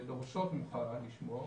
שדורשות ממך לשמור